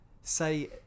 say